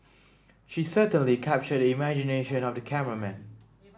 she certainly captured the imagination of the cameraman